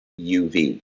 UV